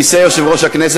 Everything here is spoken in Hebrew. שבע,